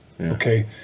Okay